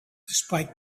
despite